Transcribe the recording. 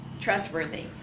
Trustworthy